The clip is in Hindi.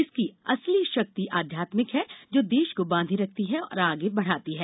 इसकी असली शक्ति आध्यात्मिक है जो देश को बांधे रखती है और आगे बढ़ाती है